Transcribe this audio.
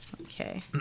Okay